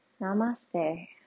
Namaste